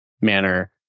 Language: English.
manner